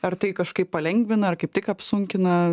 ar tai kažkaip palengvina ar kaip tik apsunkina